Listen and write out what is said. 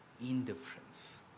indifference